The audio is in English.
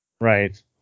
right